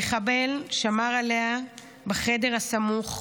המחבל שמר עליה בחדר הסמוך,